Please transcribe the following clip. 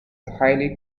highly